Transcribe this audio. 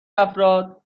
افراد